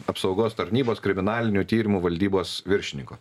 apsaugos tarnybos kriminalinių tyrimų valdybos viršininku